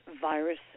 virus